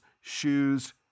shoes